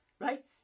right